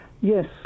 Yes